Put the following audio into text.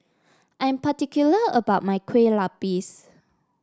I am particular about my Kueh Lapis